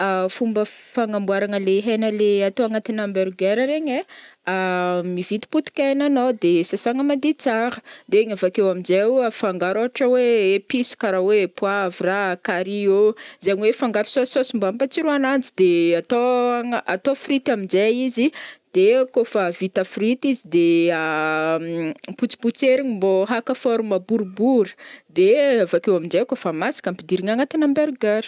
Fomba fagnamboarana le hena le atao agnatinà hamburger regny ai mividy potikena anao de sasagna madio tsara de igny avakeo am'jay o afangaro ohatra hoe episy karaha hoe poavra a, carry ô, zegny hoe fangaro saosisaosy mba ampatsiro ananjy de atao agna- atao frity am'jay izy de kaofa vita frity izy de potsipotserina mbô haka forme boribory de avakeo am'jay kaofa masaka ampidirina agnaty hamburger.